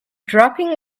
dropping